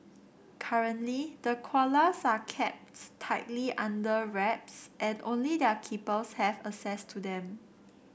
currently the koalas are kept tightly under wraps and only their keepers have access to them